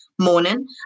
morning